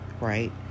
right